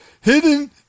hidden